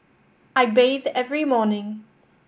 I bathe every morning